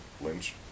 Lynch